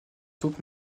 taupes